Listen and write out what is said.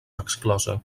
exclosa